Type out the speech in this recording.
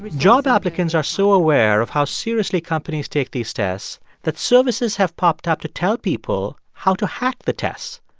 but job applicants are so aware of how seriously companies take these tests that services have popped up to tell people how to hack the tests.